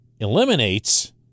eliminates